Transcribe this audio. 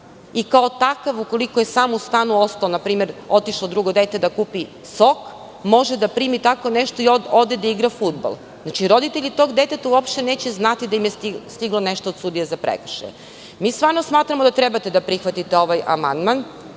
i, kao takav, ukoliko je sam u stanu ostao, na primer, otišlo drugo dete da kupi sok, može da primi tako nešto i ode da igra fudbal, znači, roditelji tog deteta uopšte neće znati da im je stiglo nešto od sudije za prekršaj. Mi stvarno smatramo da treba da prihvatite ovaj amandman,